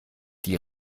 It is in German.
die